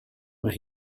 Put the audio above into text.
mae